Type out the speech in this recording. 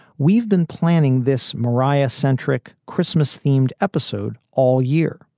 we've been planning this mariah centric christmas themed episode all year.